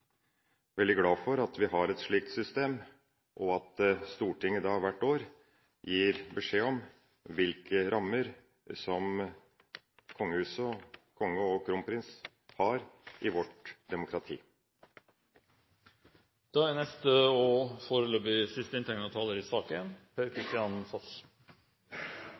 veldig glad for at vi har et slikt system, at Stortinget hvert år gir beskjed om hvilke rammer Kongehuset, og Kongen og Kronprinsen har i vårt demokrati. Det er ikke for å markere den litt uvanlige alliansen mellom Høyre og Lundteigen i